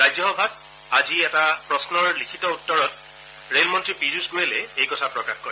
ৰাজ্যসভাত আজি এটা প্ৰশ্নৰ লিখিত উত্তৰত ৰে লমন্ত্ৰী পিয়ুষ গোৱেলে এই কথা প্ৰকাশ কৰে